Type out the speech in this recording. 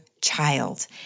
child